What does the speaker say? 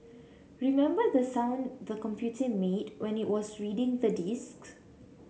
remember the sound the computer made when it was reading the disks